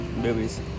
movies